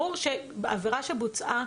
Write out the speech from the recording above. ברור שעבירה שבוצעה,